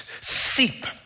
seep